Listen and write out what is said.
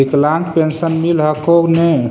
विकलांग पेन्शन मिल हको ने?